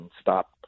stop